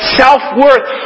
self-worth